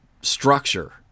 structure